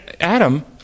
Adam